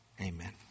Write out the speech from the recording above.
Amen